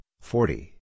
forty